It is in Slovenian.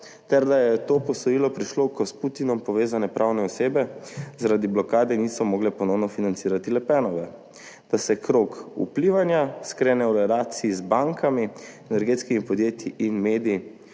ter da je to posojilo prišlo, ko s Putinom povezane pravne osebe zaradi blokade niso mogle ponovno financirati Le Penove, da se krog vplivanja sklene v relaciji z bankami, energetskimi podjetji in mediji,